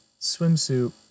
swimsuit